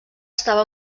està